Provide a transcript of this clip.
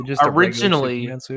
originally